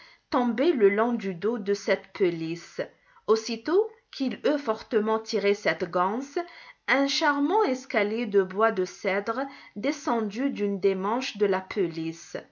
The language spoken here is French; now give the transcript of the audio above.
tombait le long du dos de cette pelisse aussitôt qu'il eut fortement tiré cette ganse un charmant escalier de bois de cèdre descendit d'une des manches de la